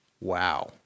Wow